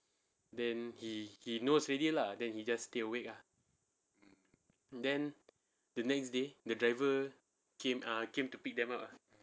then he he knows already lah then he just stay awake lah then the next day the driver came ah came to pick them up